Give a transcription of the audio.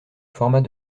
format